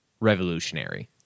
revolutionary